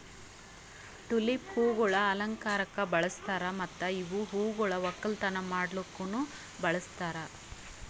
tulip ಹೂವುಗೊಳ್ ಅಲಂಕಾರಕ್ ಬಳಸ್ತಾರ್ ಮತ್ತ ಇವು ಹೂಗೊಳ್ ಒಕ್ಕಲತನ ಮಾಡ್ಲುಕನು ಬಳಸ್ತಾರ್